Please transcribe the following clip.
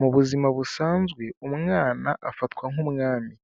Mu buzima busanzwe umwana afatwa nk'umwami.